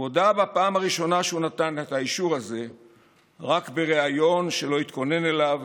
הוא הודה בפעם הראשונה שהוא נתן האישור הזה רק בריאיון שלא התכונן אליו